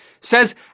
Says